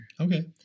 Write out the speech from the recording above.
Okay